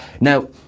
Now